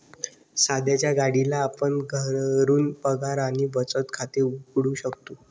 सध्याच्या घडीला आपण घरून पगार आणि बचत खाते उघडू शकतो